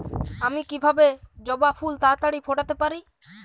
আমি কিভাবে জবা ফুল তাড়াতাড়ি ফোটাতে পারি?